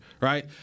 right